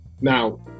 Now